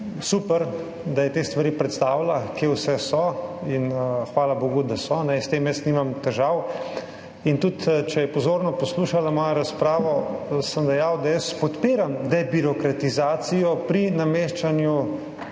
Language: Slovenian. Super, da je te stvari predstavila, kje vse so, in hvala bogu, da so, s tem jaz nimam težav. In tudi če je pozorno poslušala mojo razpravo, sem dejal, da jaz podpiram debirokratizacijo pri nameščanju